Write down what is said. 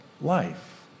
life